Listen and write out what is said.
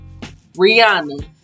Rihanna